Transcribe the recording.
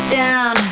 down